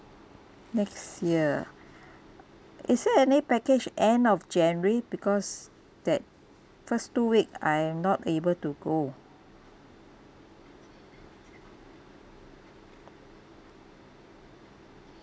next year is there any package end of january because that first two week I am not able to go